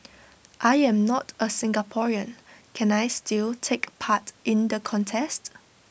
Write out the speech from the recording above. I am not A Singaporean can I still take part in the contest